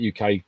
UK